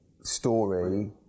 story